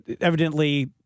evidently